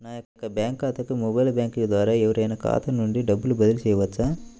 నా యొక్క బ్యాంక్ ఖాతాకి మొబైల్ బ్యాంకింగ్ ద్వారా ఎవరైనా ఖాతా నుండి డబ్బు బదిలీ చేయవచ్చా?